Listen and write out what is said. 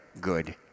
good